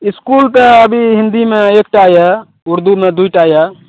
इसकुल तऽ अभी हिन्दीमे एकटा यऽ उर्दूमे दुइ टा यऽ